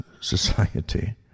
society